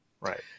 Right